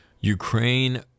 Ukraine